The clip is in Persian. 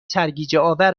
سرگیجهآور